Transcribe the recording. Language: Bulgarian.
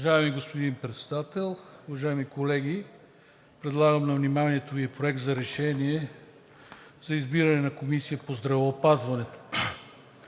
Уважаеми господин Председател, уважаеми колеги! Предлагам на вниманието Ви: „Проект! РЕШЕНИЕ за избиране на Комисия по здравеопазването